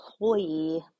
employee